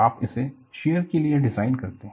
आप इसे शीयर के लिए डिज़ाइन करते हैं